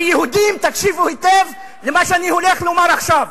כיהודים תקשיבו היטב למה שאני הולך לומר עכשיו.